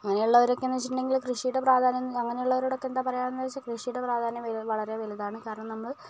അങ്ങനെയുള്ളവരൊക്കെന്ന് വച്ചിട്ടുണ്ടെങ്കിൽ കൃഷിയുടെ പ്രാധാന്യം അങ്ങനെയുള്ളവരോടൊക്കെ എന്താ പറയുക കൃഷിയുടെ പ്രാധാന്യം വളരെ വലുതാണ് കാരണം നമ്മൾ